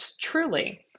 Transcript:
Truly